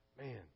man